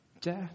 death